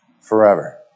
forever